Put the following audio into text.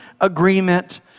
agreement